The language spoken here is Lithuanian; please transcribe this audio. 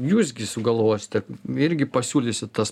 jūs gi sugalvosite irgi pasiūlysit tas